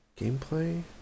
Gameplay